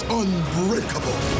unbreakable